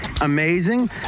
amazing